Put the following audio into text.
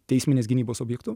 teisminės gynybos objektu